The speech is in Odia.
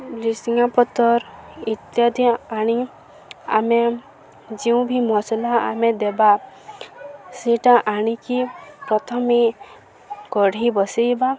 ଭୃଷଙ୍ଗ ପତ୍ର ଇତ୍ୟାଦି ଆଣି ଆମେ ଯେଉଁ ବି ମସଲା ଆମେ ଦେବା ସେଇଟା ଆଣିକି ପ୍ରଥମେ କଡ଼େଇ ବସାଇବା